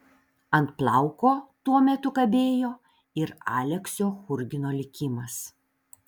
ant plauko tuo metu kabėjo ir aleksio churgino likimas